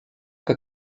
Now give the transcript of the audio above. que